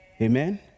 Amen